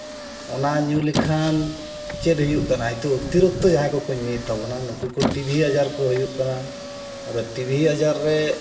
ᱚᱱᱟ ᱧᱩ ᱞᱮᱠᱷᱟᱱ ᱪᱮᱫ ᱦᱩᱭᱩᱜ ᱠᱟᱱᱟ ᱱᱤᱛᱳᱜ ᱚᱛᱤᱨᱤᱠᱛᱚ ᱡᱟᱦᱟᱸᱭ ᱠᱚᱠᱚ ᱧᱩᱭᱮᱫ ᱛᱟᱵᱚᱱᱟ ᱱᱩᱠᱩ ᱠᱚ ᱴᱤᱵᱷᱤ ᱟᱡᱟᱨ ᱠᱚ ᱦᱩᱭᱩᱜ ᱠᱟᱱᱟ ᱟᱫᱚ ᱴᱤᱵᱷᱤ ᱟᱡᱟᱨ ᱨᱮ